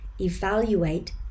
Evaluate